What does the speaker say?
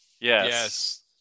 Yes